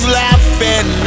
laughing